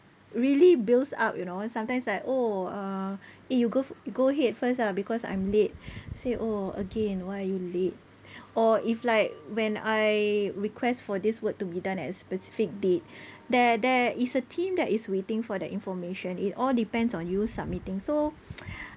really builds up you know sometimes like oh uh eh you go go ahead first lah because I'm late say oh again why are you late or if like when I request for this work to be done at a specific date there there is a team that is waiting for that information it all depends on you submitting so